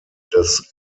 des